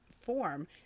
form